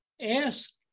ask